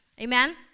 Amen